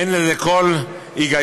אין בזה כל היגיון,